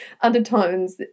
undertones